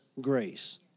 grace